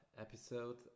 episode